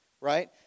right